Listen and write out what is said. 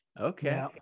okay